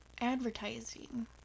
advertising